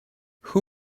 who